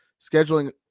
scheduling